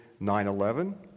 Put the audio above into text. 9-11